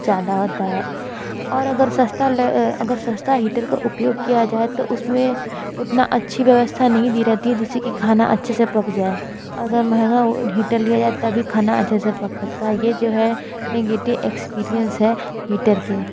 ज़्यादा होता है और अगर सस्ता ले अगर सस्ता हीटर का उपयोग किया जाए तो उस में उतना अच्छी व्यवस्था नहीं दी रेहती है जिस से कि खाना अच्छे से पक जाए अगर महंगा वो हीटर लिया जाए तभी खाना अच्छे से पक सकता है ये जो है निगेटिव एक्सपीरियंस है हीटर के